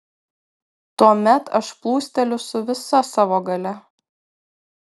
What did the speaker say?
tuomet aš plūsteliu su visa savo galia